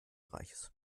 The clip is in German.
reichs